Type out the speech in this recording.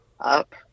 up